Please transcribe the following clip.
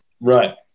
Right